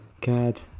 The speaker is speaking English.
God